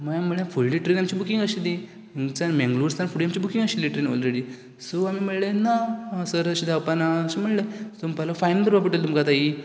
मागीर आमी म्हणलें फुडली ट्रेन आमची बुकींग आशिल्ली थंयच्यान मंगळुरसान फुडें आमची बुकींग आशिल्ली ट्रेन ओलरेडी सो आमी म्हणलें ना सर अशें जावपाना अशें म्हणलें तो म्हणपाक लागलो फायन भरपाक पडटली तुमकां आतां ही